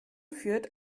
führt